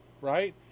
right